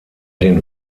den